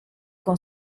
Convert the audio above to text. con